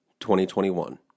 2021